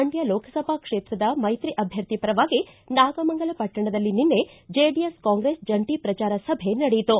ಮಂಡ್ಕ ಲೋಕಸಭಾ ಕ್ಷೇತ್ರದ ಮೈತ್ರಿ ಅಭ್ಯರ್ಥಿ ಪರವಾಗಿ ನಾಗಮಂಗಲ ಪಟ್ಟಣದಲ್ಲಿ ನಿನ್ನೆ ಜೆಡಿಎಸ್ ಕಾಂಗ್ರೆಸ್ ಜಂಟಿ ಪ್ರಚಾರ ಸಭೆ ನಡೆಯಿತು